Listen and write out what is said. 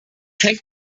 hängt